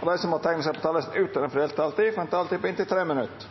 og dei som måtte teikna seg på talarlista utover den fordelte taletida, får òg ei taletid på inntil 3 minutt.